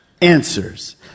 answers